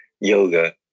yoga